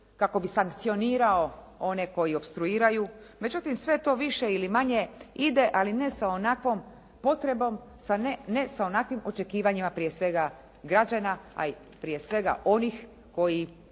kako bi sankcionirao one koji opstruiraju. Međutim, sve to više ili manje ide ali ne sa onakvom potrebom, ne sa onakvim očekivanjima prije svega građana a i prije svega onih koji